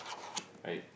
right